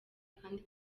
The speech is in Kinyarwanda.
kandi